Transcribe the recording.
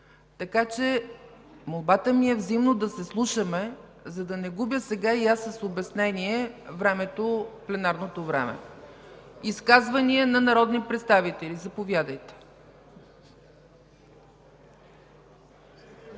Така че молбата ми е взаимно да се слушаме, за да не губя сега и аз с обяснение пленарното време. Изказвания на народни представители? Заповядайте.